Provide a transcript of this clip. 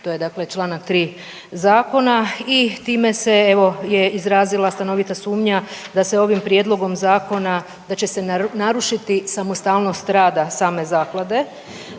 dakle čl. 3. zakona i time se je evo je izrazila stanovita sumnja da se ovim prijedlogom zakona da će se narušiti samostalnost rada same zaklade.